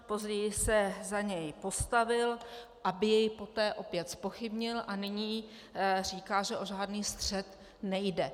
Později se za něj postavil, aby jej poté opět zpochybnil, a nyní říká, že o žádný střet nejde.